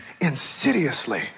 insidiously